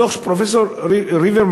הדוח של פרופסור רימרמן,